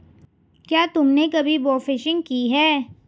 क्या तुमने कभी बोफिशिंग की है?